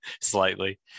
slightly